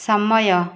ସମୟ